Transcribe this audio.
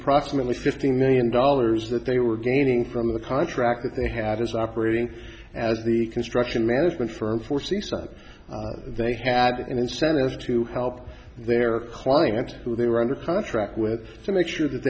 approximately fifteen million dollars that they were gaining from the contract that they had as operating as the construction management firm for seaside they had an incentive to help their client who they were under contract with to make sure that